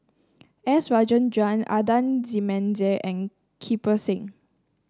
S Rajendran Adan Jimenez and Kirpal Singh